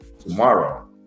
tomorrow